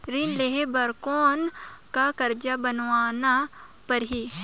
ऋण लेहे बर कौन का कागज बनवाना परही?